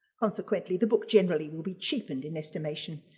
consequently the book generally will be cheapened in estimation.